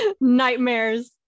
nightmares